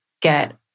get